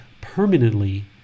permanently